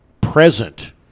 present